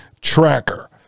tracker